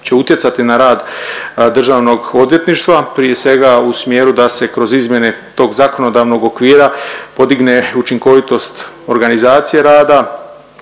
će utjecati na rad Državnog odvjetništva prije svega u smjeru da se kroz izmjene tog zakonodavnog okvira podigne učinkovitost organizacije rada,